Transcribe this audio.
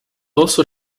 also